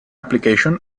application